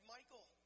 Michael